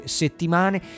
settimane